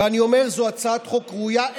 ולכן אני אומר שזו הצעת חוק ראויה.